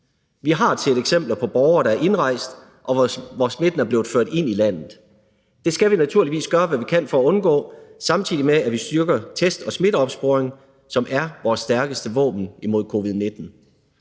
Vi har set eksempler på borgere, der er indrejst, og hvor smitten er blevet ført ind i landet. Det skal vi naturligvis gøre, hvad vi kan, for at undgå, samtidig med at vi styrker test og smitteopsporing, som er vores stærkeste våben imod covid-19.